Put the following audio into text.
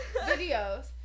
videos